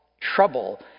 trouble